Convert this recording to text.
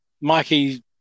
Mikey